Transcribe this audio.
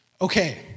Okay